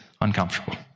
uncomfortable